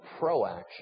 proaction